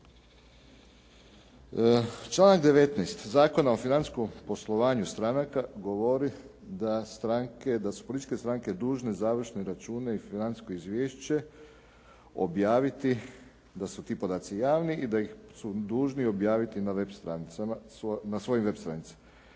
Članak 19. Zakona o financijskom poslovanju stranaka govori da stranke, da su političke stranke dužne završne račune i financijsko izvješće objaviti da su ti podaci javni i da su ih dužni objaviti na web stranicama,